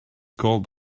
called